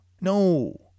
no